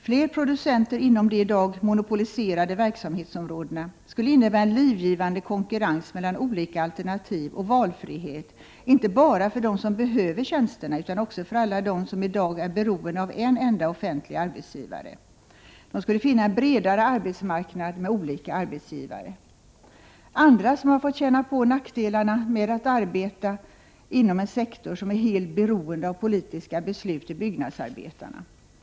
Fler producenter inom de i dag monopoliserade verksamhetsområdena, skulle innebära en livgivande konkurrens mellan olika alternativ och valfrihet inte bara för dem som behöver tjänsterna utan också för alla dem som i dag är beroende av en enda offentlig arbetsgivare. De skulle finna en bredare arbetsmarknad med olika arbetsgivare. Andra som har fått känna på nackdelarna med att arbeta inom en sektor som är helt beroende av politiska beslut är byggnadsarbetarna.